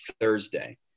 Thursday